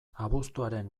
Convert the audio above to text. abuztuaren